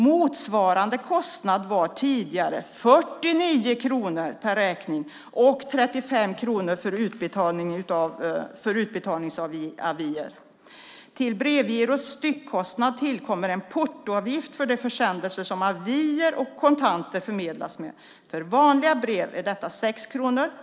Motsvarande kostnad var tidigare 49 kronor per räkning och 35 för inlösen av utbetalningsavier. Till Brevgirots styckkostnad tillkommer en portoavgift för de försändelser som avier och kontanter förmedlas med. För vanliga brev är denna 6 kronor.